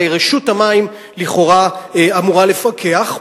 לכאורה רשות המים אמורה לפקח,